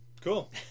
Cool